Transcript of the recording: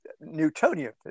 Newtonian